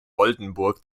oldenburg